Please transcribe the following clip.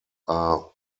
are